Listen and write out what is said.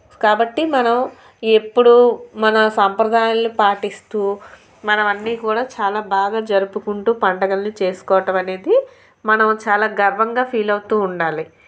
కాబట్టి మనం ఎప్పుడు మన సంప్రదాయాలని పాటిస్తూ మనం అన్నీ కూడా చాలా బాగా జరుపుకుంటూ పండగలని చేసుకోవటం అనేది మనం చాలా గర్వంగా ఫీల్ అవుతూ ఉండాలి